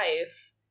life